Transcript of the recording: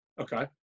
Okay